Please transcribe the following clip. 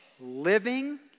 living